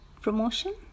promotion